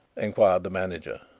inquired the manager.